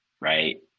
right